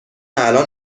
الان